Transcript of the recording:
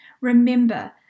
remember